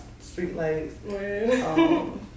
streetlights